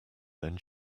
then